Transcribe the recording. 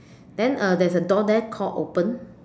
then uh there's a door there called open